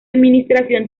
administración